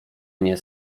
mnie